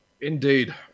indeed